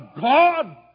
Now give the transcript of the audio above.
God